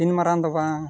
ᱛᱤᱱ ᱢᱟᱨᱟᱝ ᱫᱚ ᱵᱟᱝ